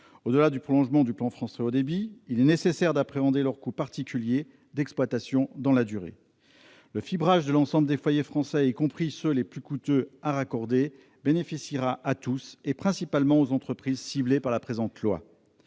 Au-delà du prolongement du plan France très haut débit, il est nécessaire d'appréhender le coût particulier d'exploitation dans la durée. Le fibrage de l'ensemble des foyers français, y compris ceux qui sont les plus coûteux à raccorder, bénéficiera à tous, et principalement aux entreprises ciblées par le présent